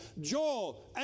Joel